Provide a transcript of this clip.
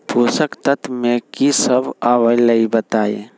पोषक तत्व म की सब आबलई बताई?